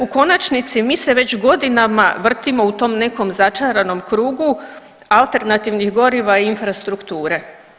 U konačnici mi se već godinama vrtimo u tom nekom začaranom krugu alternativnih goriva i infrastrukture.